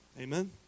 Amen